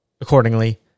Accordingly